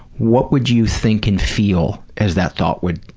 what would you think and feel as that thought would